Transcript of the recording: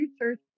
research